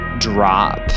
drop